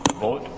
vote.